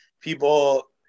people